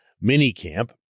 mini-camp